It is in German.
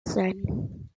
sein